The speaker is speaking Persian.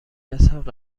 رسد